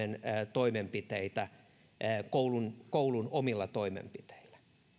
toimenpiteitä koulun koulun omilla toimenpiteillä